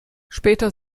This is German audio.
später